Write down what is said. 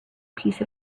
piece